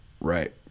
Right